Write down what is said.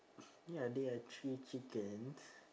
ya there are three chickens